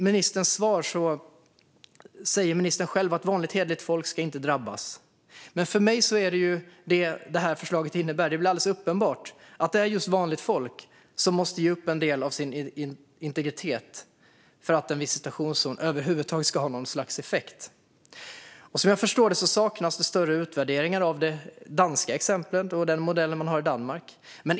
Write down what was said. Ministern sa i sitt svar att vanligt hederligt folk inte ska drabbas. Men för mig är det just det som detta förslag innebär. Det är väl alldeles uppenbart att det är just vanligt folk som måste ge upp en del av sin integritet för att en visitationszon över huvud taget ska ha något slags effekt. Som jag förstår saknas det större utvärderingar av den modell man har i Danmark.